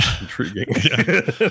intriguing